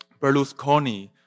Berlusconi